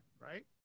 right